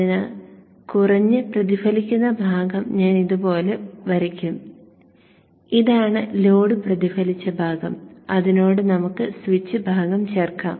അതിനാൽ കുറഞ്ഞ പ്രതിഫലിക്കുന്ന ഭാഗം ഞാൻ ഇതുപോലെ വരയ്ക്കും ഇതാണ് ലോഡ് പ്രതിഫലിച്ച ഭാഗം അതിനോട് നമുക്ക് സ്വിച്ച് ഭാഗം ചേർക്കാം